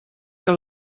que